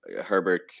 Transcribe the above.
Herbert